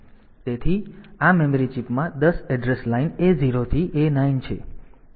તેથી આ મેમરી ચિપમાં 10 એડ્રેસ લાઇન A0 થી A9 છે